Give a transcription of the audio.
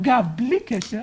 אגב, בלי קשר,